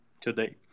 today